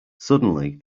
suddenly